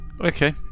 okay